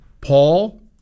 Paul